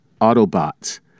autobots